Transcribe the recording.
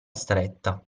stretta